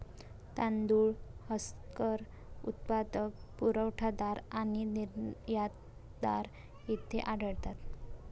तांदूळ हस्कर उत्पादक, पुरवठादार आणि निर्यातदार येथे आढळतात